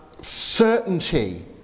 certainty